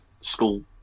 school